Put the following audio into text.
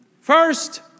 first